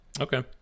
Okay